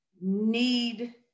need